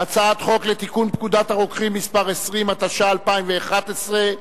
לתיקון פקודת הרוקחים (מס' 20), התשע"א 2011,